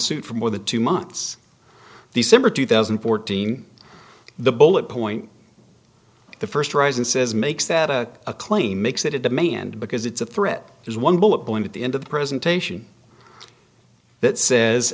suit for more than two months the summer two thousand and fourteen the bullet point the first rise and says makes that a claim makes it a demand because it's a threat is one bullet point at the end of the presentation that says